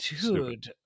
dude